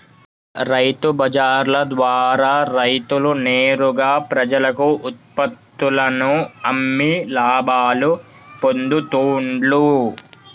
రైతు బజార్ల ద్వారా రైతులు నేరుగా ప్రజలకు ఉత్పత్తుల్లను అమ్మి లాభాలు పొందుతూండ్లు